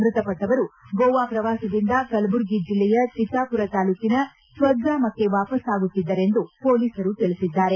ಮೃತಪಟ್ಟವರು ಗೋವಾ ಪ್ರವಾಸದಿಂದ ಕಲಬುರಗಿ ಜಿಲ್ಲೆಯ ಚಿತ್ತಾಪುರ ತಾಲೂಕಿನ ಸ್ವಗ್ರಾಮಕ್ಕೆ ವಾಪಸ್ಸಾಗುತ್ತಿದ್ದರೆಂದು ಪೊಲೀಸರು ತಿಳಿಸಿದ್ದಾರೆ